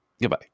Goodbye